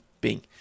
Bing